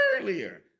earlier